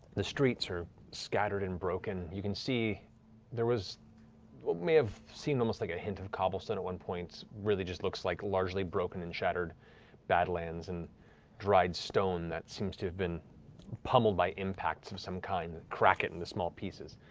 the streets are scattered and broken. you can see there was, what may have seemed almost like a hint of cobblestone at one point, really just looks like largely broken and shattered badlands and dried stone that seems to have been pummeled by impacts of some kind, cracked into and small pieces.